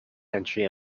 entry